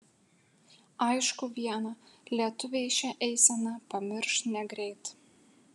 aišku viena lietuviai šią eiseną pamirš negreit